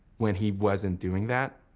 when he wasn't doing that,